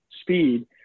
speed